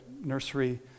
nursery